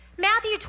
Matthew